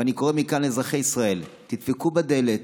ואני קורא מכאן לאזרחי ישראל: תדפקו בדלת,